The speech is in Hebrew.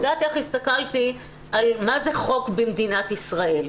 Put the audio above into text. יודעת איך הסתכלתי על מה זה חוק במדינת ישראל.